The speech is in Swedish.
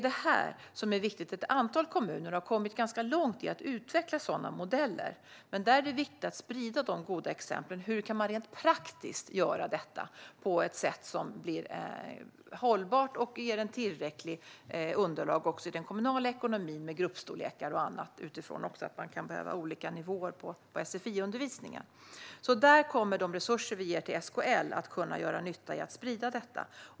Detta är viktigt. Ett antal kommuner har kommit ganska långt med att utveckla sådana modeller. Det är viktigt att sprida de goda exemplen. Hur kan man rent praktiskt göra detta på ett sätt som blir hållbart och ger ett tillräckligt underlag i den kommunala ekonomin med gruppstorlekar och annat utifrån att människor kan behöva olika nivåer på sfi-undervisningen? Där kommer de resurser vi ger till SKL att kunna göra nytta i att sprida detta.